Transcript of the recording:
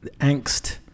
angst